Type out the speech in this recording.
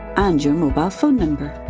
and your mobile phone number.